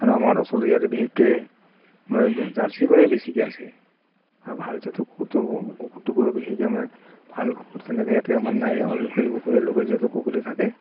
আৰু আমাৰ ওচৰৰে ইয়াতে বিশেষকৈ আমাৰ মানে জাৰ্চি গৰুৱে বেছিকৈ আছে আৰু ভাল জাতৰ কুকুৰটো কুকুৰটোকো বিশেষকৈ আমি ভাল কুকুৰ তেনেকৈ ইয়াতে আমাৰ নাই আৰু লোকেল কুকুৰেই লোকেল জাতৰ কুকুৰেই থাকে